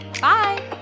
Bye